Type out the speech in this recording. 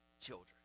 children